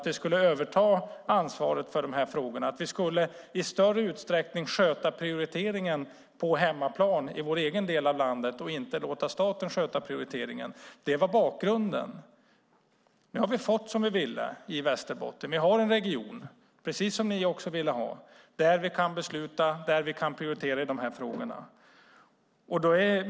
Vi skulle överta ansvaret för dessa frågor och i större utsträckning sköta prioriteringen på hemmaplan i vår egen del av landet och inte låta staten sköta prioriteringen. Det var bakgrunden. Nu har vi fått som vi ville i Västerbotten. Vi har en region, precis som ni också ville, där vi kan besluta och prioritera i dessa frågor.